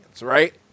right